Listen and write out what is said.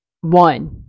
one